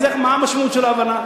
אז מה המשמעות של ההבנה?